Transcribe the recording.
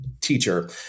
teacher